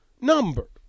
number